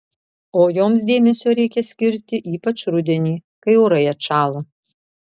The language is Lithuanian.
o joms dėmesio reikia skirti ypač rudenį kai orai atšąla